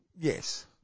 yes